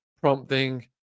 prompting